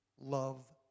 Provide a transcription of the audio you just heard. love